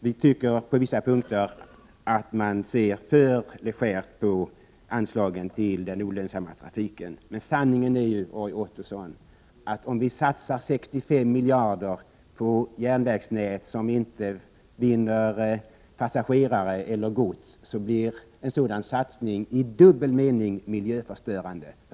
Vi tycker att man på vissa punkter ser för legärt på anslagen till den olönsamma trafiken, men sanningen är, Roy Ottosson, att om vi satsar 65 miljarder kronor på järnvägsnät som inte vinner passagerare eller gods, blir en sådan satsning i dubbel mening miljöförstörande.